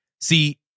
See